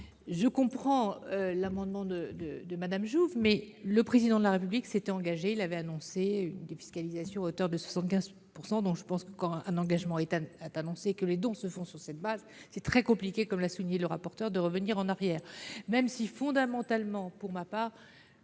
Je comprends l'amendement de Mme Jouve, mais le Président de la République s'était engagé à mettre en place une défiscalisation à hauteur de 75 %. Quand un engagement est pris et que les dons se font sur cette base, il est très compliqué, comme l'a souligné le rapporteur, de revenir en arrière, même si, fondamentalement, pour ma part